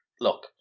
look